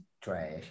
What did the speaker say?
trash